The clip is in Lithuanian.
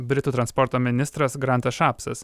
britų transporto ministras grantas šapsas